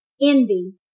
envy